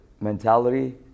mentality